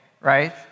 right